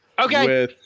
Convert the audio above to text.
Okay